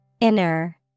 Inner